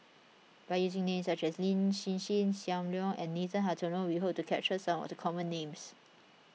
by using names such as Lin Hsin Hsin Sam Leong and Nathan Hartono we hope to capture some of the common names